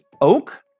oak